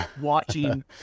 watching